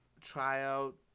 tryout